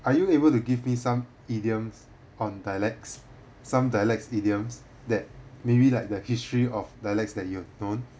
are you able to give me some idioms on dialects some dialects idioms that maybe like the history of dialects that you've known